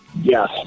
Yes